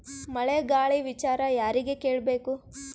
ಮಳೆ ಗಾಳಿ ವಿಚಾರ ಯಾರಿಗೆ ಕೇಳ್ ಬೇಕು?